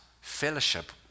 fellowship